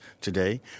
today